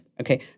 Okay